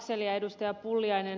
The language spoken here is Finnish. laxell ja ed